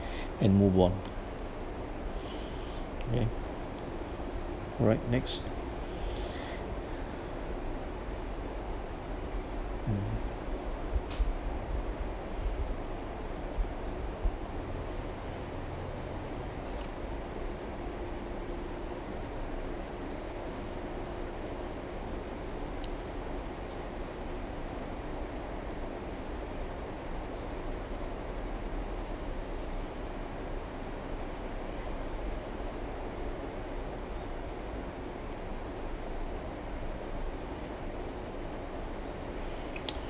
and move on kay alright next mm